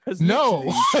no